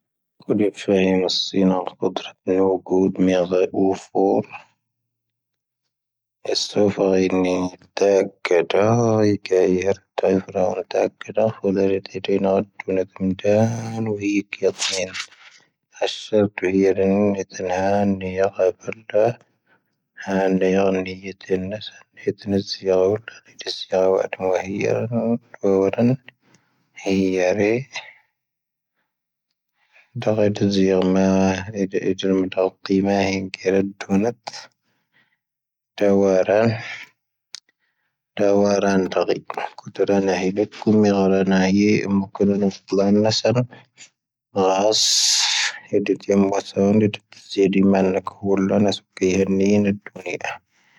ⴻⴽ ⴰⵜⵡpⵔⴻ ⵎⴰⵔⴰⵏⵜ ⴰⵍⴽⵉ ⵎⵉⴰⵏ ⴳⴻⵔⴻ ⴷⵓⵏⴰⵜⵀ,. ⴷⴰⵡⴰⵔⴰⵏ ⵔⴰⴽⵀⴻ ⵉⴽ, coⵓp ⵔⴰⵏⴰⵀⴻ ⵍⵉcⵀ, ⴳoⵓ ⵎⵉⵍOⵙ ⵔⴰ ⵏⴰⴰⵀⵉ ⵢⴻ,. ⵉⵎoⴽⴽo' ⵔⴻⵏⵉⵏⴼ ⴱⵉⵍⴰⵏⵏ ⵏⴰ ⵙⴰⵔⵏ,. ⴰⵍⵀⴰⵙ, ⴰ cⴰⵏⴷⵉⴷⴰⵜⴻⵙ ⵢⴻ ⴳoⵜ ⵙⴰⵏⴷ,. ⴷⵔⵓⴷ ⴰⵍⵊ cⵉⵜⵢ ⵎⴰⵏ ⵍoⵏⴳ ⵍⵉ ⵍⴰ ⵏⴰⵙⵓ ⴽⵀⴻ ⵓⵏⵉⵜⵢⵀⴻ ⵀⵓⵏⵜ ⵔⴻⴰⴷⵢ ⴷⵓⵏⵉⴰ.